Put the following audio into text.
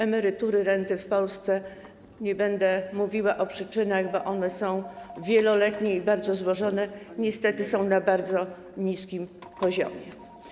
Emerytury i renty w Polsce - nie będę mówiła o przyczynach, bo one są wieloletnie i bardzo złożone - niestety są na bardzo niskim poziomie.